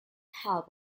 help